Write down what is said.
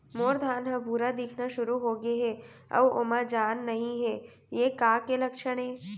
मोर धान ह भूरा दिखना शुरू होगे हे अऊ ओमा जान नही हे ये का के लक्षण ये?